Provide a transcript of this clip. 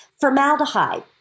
Formaldehyde